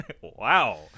Wow